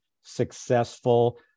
successful